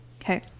Okay